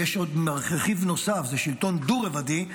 יש רכיב נוסף: זה שלטון דו-רבדי,